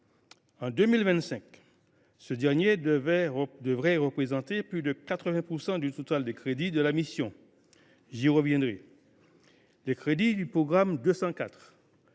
En 2025, ce dernier programme devrait représenter plus de 80 % du total des crédits de la mission ; j’y reviendrai. Les crédits du programme 204